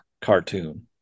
cartoon